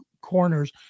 corners